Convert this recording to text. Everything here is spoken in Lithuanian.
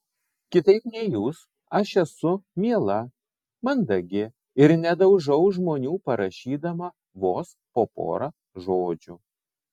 kitaip nei jūs aš esu miela mandagi ir nedaužau žmonių parašydama vos po porą žodžių